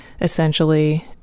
essentially